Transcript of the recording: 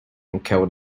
encode